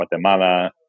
Guatemala